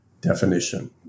definition